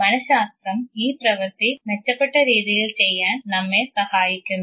മന ശാസ്ത്രം ഈ പ്രവർത്തി മെച്ചപ്പെട്ട രീതിയിൽ ചെയ്യാൻ നമ്മെ സഹായിക്കുന്നു